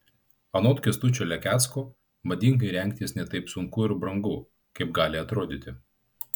anot kęstučio lekecko madingai rengtis ne taip sunku ir brangu kaip gali atrodyti